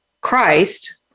Christ